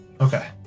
Okay